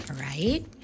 right